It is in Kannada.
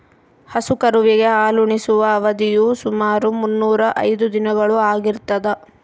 ಹಸು ಕರುವಿಗೆ ಹಾಲುಣಿಸುವ ಅವಧಿಯು ಸುಮಾರು ಮುನ್ನೂರಾ ಐದು ದಿನಗಳು ಆಗಿರ್ತದ